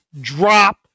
drop